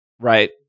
right